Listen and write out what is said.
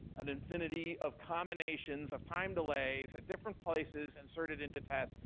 an infinity of combinations of time delays at different places and sort it into test,